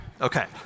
Okay